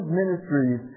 ministries